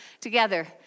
together